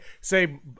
say